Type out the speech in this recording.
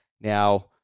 Now